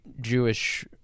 Jewish